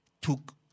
took